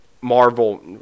Marvel